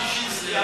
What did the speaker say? ששינסקי אמר,